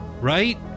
right